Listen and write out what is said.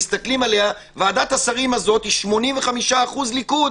ועדת השרים הזאת היא 85% ליכוד.